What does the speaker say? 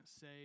say